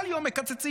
כל יום מקצצים.